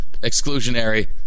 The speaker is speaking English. exclusionary